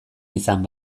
izan